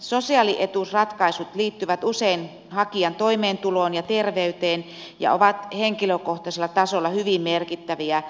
sosiaalietuusratkaisut liittyvät usein hakijan toimeentuloon ja terveyteen ja ovat henkilökohtaisella tasolla hyvin merkittäviä